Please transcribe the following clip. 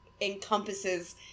encompasses